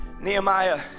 Nehemiah